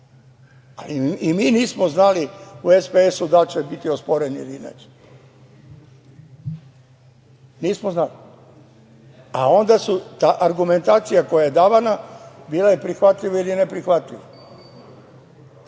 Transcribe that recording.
Ni mi nismo znali u SPS-u da li će biti osporeni ili ne. Nismo znali, a onda su tu argumentaciju koju su dali bila prihvatljiva ili ne prihvatljiva.